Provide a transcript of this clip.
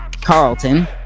Carlton